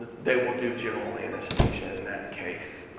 they will do general anesthesia in that case.